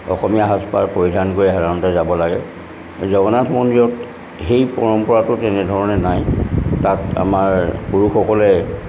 অসমীয়া সাজপাৰ পৰিধান কৰি সাধাৰণতে যাব লাগে জগন্নাথ মন্দিৰত সেই পৰম্পৰাটো তেনেধৰণে নাই তাত আমাৰ পুৰুষসকলে